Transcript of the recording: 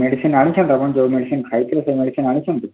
medicine ଆଣିଛନ୍ତି ଆପଣ ଯେଉଁ ମେଡ଼ିସିନ୍ ଖାଇଥିଲେ ସେଇ ମେଡ଼ିସିନ୍ ଆଣିଛନ୍ତି